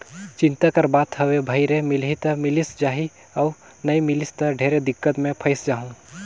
चिंता कर बात हवे भई रे मिलही त मिलिस जाही अउ नई मिलिस त ढेरे दिक्कत मे फंयस जाहूँ